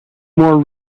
more